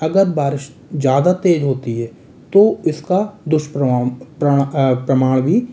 अगर बारिश ज़्यादा तेज़ होती है तो इसका दुष्परिणाम भी